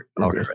Okay